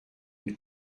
une